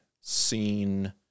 seen